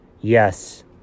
Yes